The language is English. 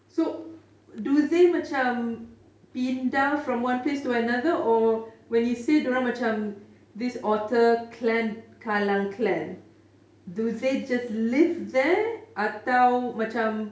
so do they macam pindah from one place to another or when you say dia orang macam this otter clan kallang clan do they just live there atau macam